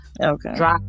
Okay